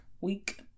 week